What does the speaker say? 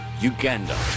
Uganda